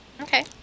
Okay